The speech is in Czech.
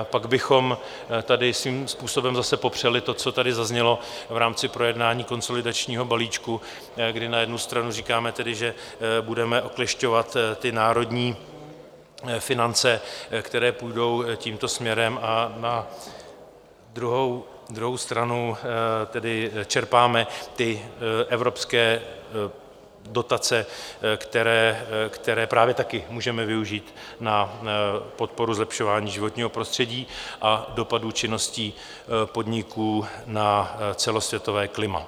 Pak bychom tady svým způsobem zase popřeli to, co tady zaznělo v rámci projednání konsolidačního balíčku, kdy na jednu stranu říkáme, že budeme oklešťovat národní finance, které půjdou tímto směrem, a na druhou stranu tedy čerpáme evropské dotace, které právě taky můžeme využít na podporu zlepšování životního prostředí a dopadů činností podniků na celosvětové klima.